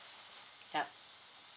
yup